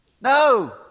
No